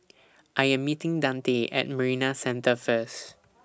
I Am meeting Dante At Marina Centre First